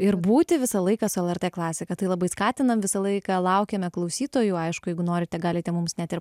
ir būti visą laiką su lrt klasika tai labai skatinam visą laiką laukiame klausytojų aišku jeigu norite galite mums net ir